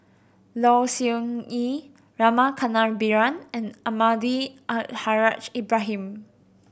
Low Siew Nghee Rama Kannabiran and Almahdi Al Haj Ibrahim